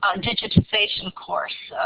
a digitization course,